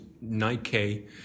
Nike